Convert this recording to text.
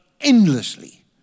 endlessly